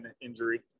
injury